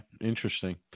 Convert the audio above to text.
Interesting